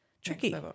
tricky